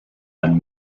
and